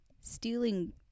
stealing